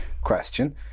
Question